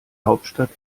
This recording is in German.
hauptstadt